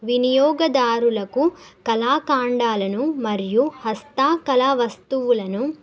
వినియోగదారులకు కళాఖండాలను మరియు హస్తకళ వస్తువులను